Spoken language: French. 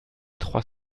trois